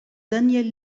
daniel